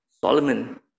solomon